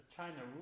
China